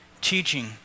Teaching